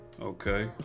Okay